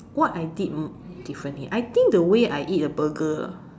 what I did mm differently I think the way I eat a burger